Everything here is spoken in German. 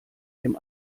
dem